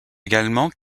également